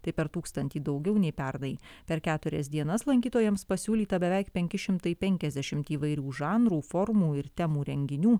tai per tūkstantį daugiau nei pernai per keturias dienas lankytojams pasiūlyta beveik penki šimtai penkiasdešimt įvairių žanrų formų ir temų renginių